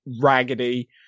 raggedy